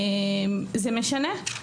זה משנה.